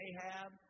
Ahab